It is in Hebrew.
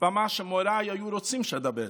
ועל מה שמוריי היו רוצים שאדבר